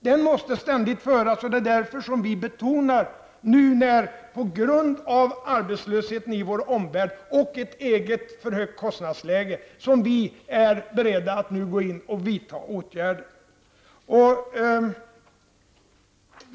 Den måste ständigt föras, och det är därför som vi nu, på grund av arbetslösheten i vår omvärld och eget för högt kostnadsläge, är beredda att gå in och vidta åtgärder.